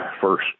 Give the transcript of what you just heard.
first